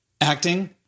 acting